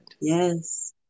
Yes